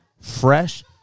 fresh